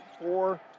four